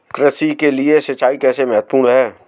कृषि के लिए सिंचाई कैसे महत्वपूर्ण है?